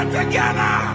together